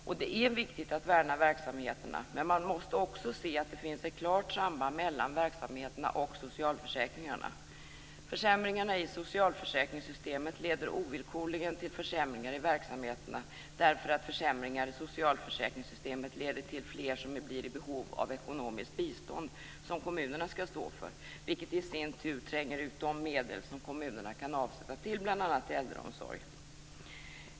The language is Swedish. Och det är viktigt att värna om verksamheterna, men man måste också se att det finns ett klart samband mellan verksamheterna och socialförsäkringarna. Försämringarna i socialförsäkringssystemet leder ovillkorligen till försämringar i verksamheterna eftersom försämringar socialförsäkringssystemet leder till att fler blir i behov av ekonomiskt bistånd som kommunerna skall stå för. Det tränger i sin tur ut de medel som kommunerna kan avsätta till bl.a. äldreomsorg.